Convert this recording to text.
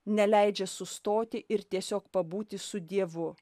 neleidžia sustoti ir tiesiog pabūti su dievu